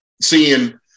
seeing